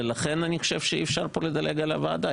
ולכן אני חושב שאי-אפשר פה לדלג על הוועדה.